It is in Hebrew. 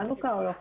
חנוכה או לא חנוכה?